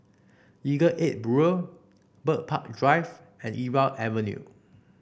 Legal Aid Bureau Bird Park Drive and Irau Avenue